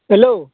hello